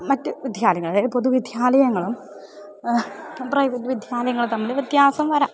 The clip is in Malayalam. മറ്റു വിദ്യാലയങ്ങൾ പൊതുവിദ്യാലയങ്ങളും പ്രൈവറ്റ് വിദ്യാലയങ്ങൾ തമ്മിൽ വ്യത്യാസം വരാം